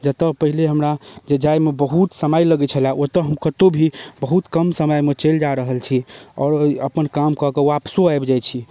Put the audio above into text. जतऽ पहिले हमरा जे जाएमे बहुत समय लगैत छलऽ ओतऽ हम कतहुँ भी बहुत कम समयमे चलि जा रहल छी आओर अपन काम कऽ कऽ आपसो आबि जाइत छी